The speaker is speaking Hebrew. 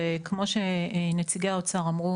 וכמו שנציגי האוצר אמרו,